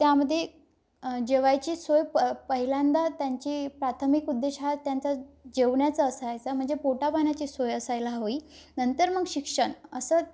त्यामध्ये जेवायची सोय प पहिल्यांदा त्यांची प्राथमिक उद्देश हा त्यांचा जेवण्याचा असायचा म्हणजे पोटापाण्याची सोय असायला हवी नंतर मग शिक्षण असं